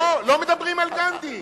לא מדברים על גנדי.